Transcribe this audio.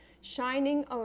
shining